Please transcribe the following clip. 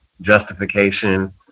justification